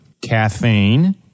Caffeine